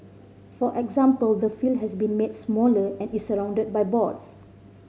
for example the has been made smaller and is surrounded by boards